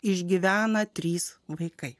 išgyvena trys vaikai